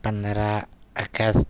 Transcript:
پندرہ اگست